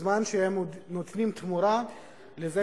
בזמן שהם עוד נותנים תמורה לזה,